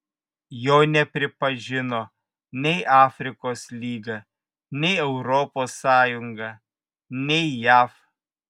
jo nepripažino nei afrikos lyga nei europos sąjunga nei jav